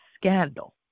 scandal